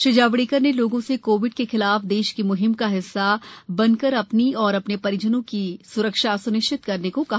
श्री जावडेकर ने लोगों से कोविड के खिलाफ देश की म्हिम का एक हिस्सा बनकर अपनी और अपने परिजनों की स्रक्षा स्निश्चित करने को कहा